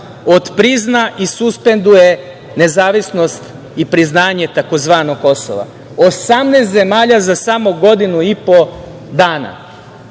otprizna i suspenduje nezavisnost i priznanje tzv. Kosova, 18 zemalja za samo godinu i po dana.